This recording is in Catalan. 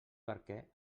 barquer